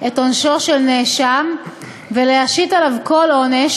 את עונשו של נאשם ולהשית עליו כל עונש,